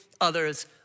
others